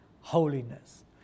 holiness